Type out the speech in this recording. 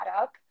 up